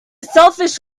selfish